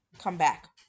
Comeback